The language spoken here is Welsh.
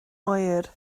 oer